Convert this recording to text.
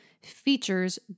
features